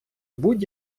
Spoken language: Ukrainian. будь